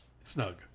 Snug